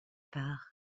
part